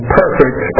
perfect